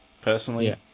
personally